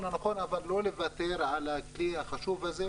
הנכון אבל לא לוותר על הכלי החשוב הזה,